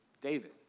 David